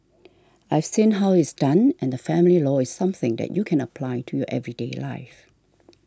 I've seen how it's done and family law is something that you can apply to your everyday life